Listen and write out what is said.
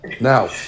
Now